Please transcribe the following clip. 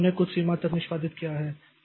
उन्होंने कुछ सीमा तक निष्पादित किया है